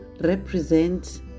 represent